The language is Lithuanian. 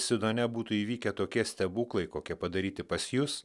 sinone būtų įvykę tokie stebuklai kokie padaryti pas jus